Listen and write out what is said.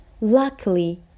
Luckily